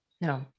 No